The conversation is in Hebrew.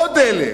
עוד דלק.